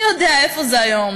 מי יודע איפה זה היום?